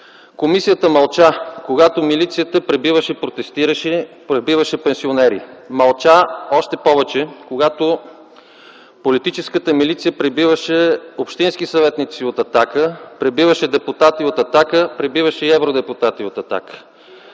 Комисията мълча, когато милицията пребиваше, протестираше, пребиваше пенсионери. Мълча още повече, когато политическата милиция пребиваше общински съветници от „Атака”, пребиваше депутати от „Атака”, пребиваше и евродепутати от „Атака”.